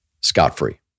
scot-free